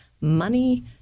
money